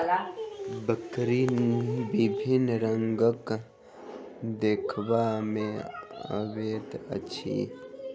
बकरी विभिन्न रंगक देखबा मे अबैत अछि